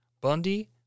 Bundy